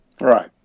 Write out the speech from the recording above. Right